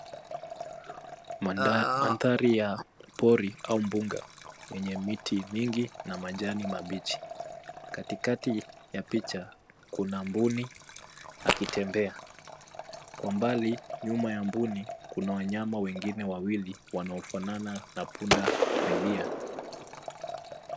Mandhari ya pori au mbuga yenye miti mingi na majani mabichi. Katikati ya picha kuna mbuni akitembea. Kwa mbali nyuma ya mbuni, kuna wanyama wengine wawili wanaofanana na pundamilia.